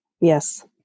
Yes